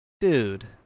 Dude